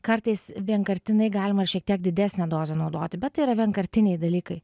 kartais vienkartinai galima ir šiek tiek didesnę dozę naudoti bet tai yra vienkartiniai dalykai